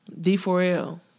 D4L